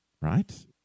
right